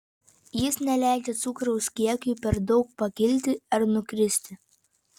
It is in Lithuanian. jis neleidžia cukraus kiekiui per daug pakilti ar nukristi